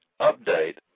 update